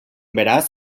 beraz